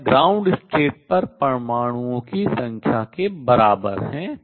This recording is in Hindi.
वह आद्य स्तर पर परमाणुओं की संख्या के बराबर है